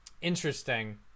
Interesting